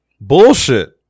Bullshit